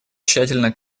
тщательно